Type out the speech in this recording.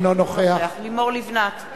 אינו נוכח לימור לבנת,